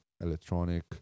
electronic